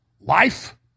life